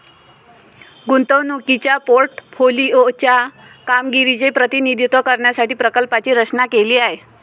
गुंतवणुकीच्या पोर्टफोलिओ च्या कामगिरीचे प्रतिनिधित्व करण्यासाठी प्रकल्पाची रचना केली आहे